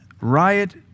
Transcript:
Riot